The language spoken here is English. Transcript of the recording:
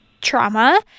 trauma